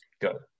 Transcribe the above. Go